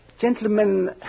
Gentlemen